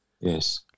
yes